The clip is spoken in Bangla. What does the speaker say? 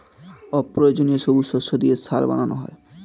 অপ্রয়োজনীয় সবুজ শস্য দিয়ে সার বানানো হয়